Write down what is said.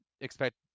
expect